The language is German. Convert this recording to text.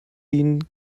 dient